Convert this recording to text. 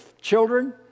children